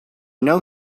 know